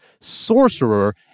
Sorcerer